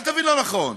אל תבין לא נכון,